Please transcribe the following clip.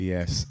Yes